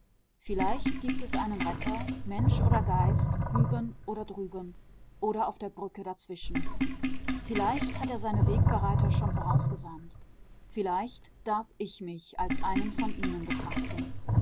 vielleicht gibt es einen retter mensch oder geist hüben oder drüben oder auf der brücke dazwischen vielleicht hat er seine wegbereiter schon vorausgesandt vielleicht darf ich mich als einen von ihnen betrachten